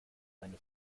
eine